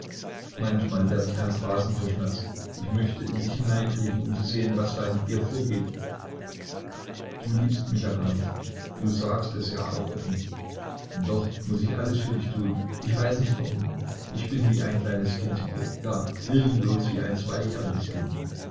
manchmal werd ich ganz rasend vor schmerz ich möchte in dich hineinkriechen um zu sehen was da in dir vorgeht du liebst mich ja gar nicht du sagst es auch offen und doch muß ich alles für dich tun ich weiß nicht warum ich bin wie ein kleines kind zu dir ja willenlos wie ein zweijähriges kind